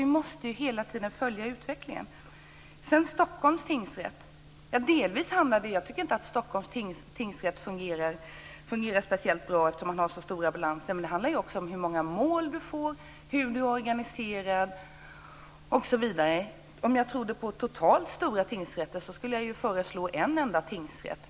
Vi måste hela tiden följa utvecklingen. Jag tycker inte att Stockholms tingsrätt fungerar speciellt bra, eftersom man har så stora balanser. Det handlar också om hur många mål man får, hur man är organiserad. Om jag trodde på totalt stora tingsrätter skulle jag föreslå en enda tingsrätt.